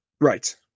Right